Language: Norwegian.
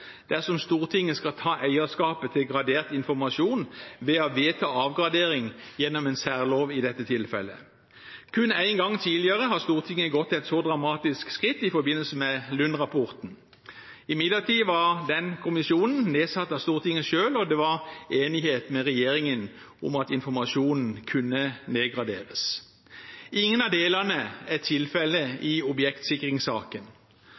dersom Stortinget skal ta eierskapet til gradert informasjon ved å vedta avgradering, gjennom en særlov i dette tilfellet. Kun én gang tidligere har Stortinget gått til et så dramatisk skritt, i forbindelse med Lund-rapporten. Imidlertid var den kommisjonen nedsatt av Stortinget selv, og det var enighet med regjeringen om at informasjonen kunne nedgraderes. Ingen av delene er tilfellet